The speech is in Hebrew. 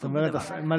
זו הקדמה ליום.